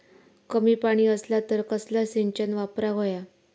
कमी पाणी असला तर कसला सिंचन वापराक होया?